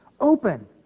open